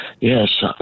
Yes